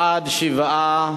בעד, 7,